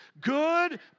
good